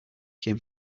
came